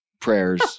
prayers